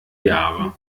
jahre